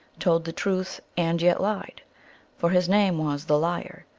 told the truth and yet lied for his name was the liar,